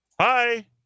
Hi